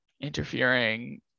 interfering